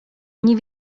nie